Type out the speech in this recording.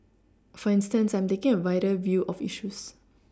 for instance I am taking a wider view of issues